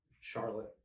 Charlotte